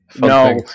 No